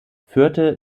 führte